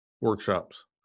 workshops